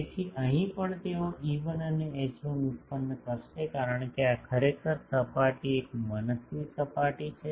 તેથી અહીં પણ તેઓ E1 અને H1 ઉત્પન્ન કરશે કારણ કે આ ખરેખર આ સપાટી એક મનસ્વી સપાટી છે